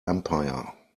empire